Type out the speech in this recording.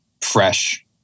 fresh